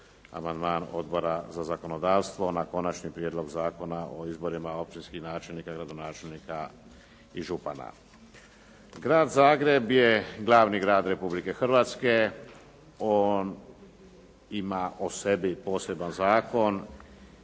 Zagreb je glavni grad Republike Hrvatske. On ima o sebi poseban zakon